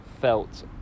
felt